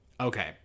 Okay